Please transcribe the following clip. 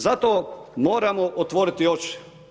Zato moramo otvoriti oči.